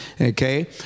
okay